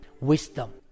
wisdom